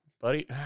buddy